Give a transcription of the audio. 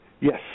Yes